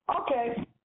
Okay